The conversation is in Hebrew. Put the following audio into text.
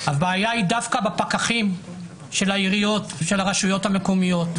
הבעיה היא דווקא בפקחים של העיריות ושל הרשויות המקומיות,